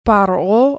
Par'o